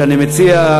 ואני מציע,